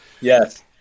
Yes